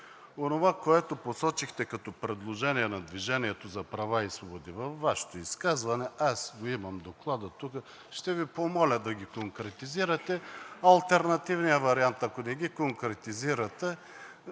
онова, което посочихте като предложения на „Движение за права и свободи“ във Вашето изказване, аз имам Доклада тук, ще Ви помоля да ги конкретизирате. Алтернативният вариант, ако не ги конкретизирате,